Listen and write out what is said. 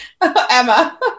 Emma